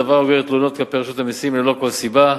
דבר הגורר תלונות כלפי רשות המסים ללא כל סיבה.